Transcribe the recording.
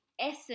essence